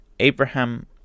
Abraham